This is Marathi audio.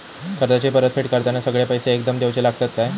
कर्जाची परत फेड करताना सगळे पैसे एकदम देवचे लागतत काय?